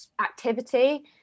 activity